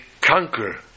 conquer